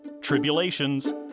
tribulations